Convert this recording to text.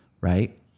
right